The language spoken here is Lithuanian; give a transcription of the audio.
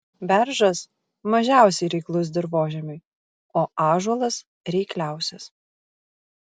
beržas mažiausiai reiklus dirvožemiui o ąžuolas reikliausias